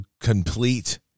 complete